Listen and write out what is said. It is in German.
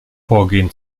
vorgehen